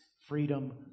freedom